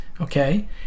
okay